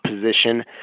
position